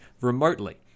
remotely